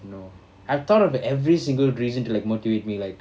you know I've thought of every single reason to like motivate me like